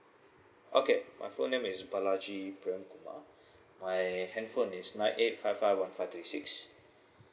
okay my full name is bala g prem kumar my handphone is nine eight five five one five three six